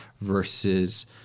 versus